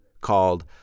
called